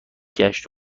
گشت